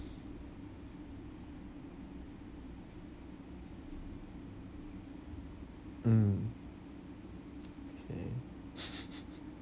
mm okay